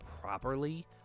properly